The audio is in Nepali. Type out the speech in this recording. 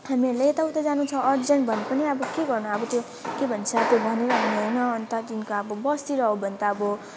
हामीहरूले यता उता जानु छ अर्जेन्ट भने पनि अब के गर्नु अब त्यो के भन्छ त्यो भनेर हुने होइन अन्त त्यहीँको अब बसतिर हो भने त अब